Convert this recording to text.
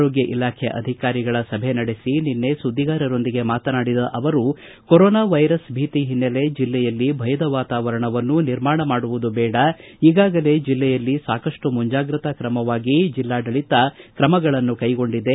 ಆರೋಗ್ಯ ಇಲಾಖೆ ಅಧಿಕಾರಿಗಳ ಸಭೆ ನಡೆಸಿ ನಿನ್ನೆ ಸುದ್ದಿಗಾರರೊಂದಿಗೆ ಮಾತನಾಡಿದ ಅವರು ಕೊರೊನಾ ವೈರಸ್ ಭೀತಿ ಹಿನ್ನೆಲೆ ಜಿಲ್ಲೆಯಲ್ಲಿ ಭಯದ ವಾತಾವರಣವನ್ನು ನಿರ್ಮಾಣ ಮಾಡುವುದು ಬೇಡ ಈಗಾಗಲೇ ಜಿಲ್ಲೆಯಲ್ಲಿ ಸಾಕಷ್ಟು ಮುಂಜಾಗ್ರತಾ ಕ್ರಮವಾಗಿ ಜಿಲ್ಲಾಡಳಿತ ಕ್ರಮಗಳನ್ನು ಕೈಗೊಂಡಿದೆ